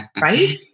right